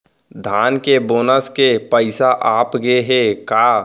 धान के बोनस के पइसा आप गे हे का?